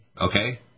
okay